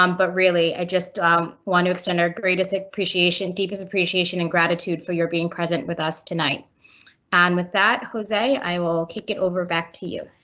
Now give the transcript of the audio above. um but really, i just want to extend our greatest appreciation deepest appreciation and gratitude for your being present with us tonight and with that jose, i will kick it over back to you.